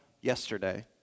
yesterday